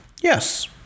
Yes